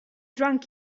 drunk